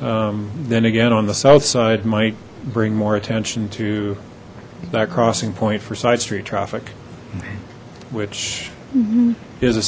then again on the south side might bring more attention to that crossing point for side street traffic which is a